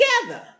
together